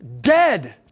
Dead